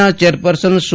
ના ચેરપર્સન સુ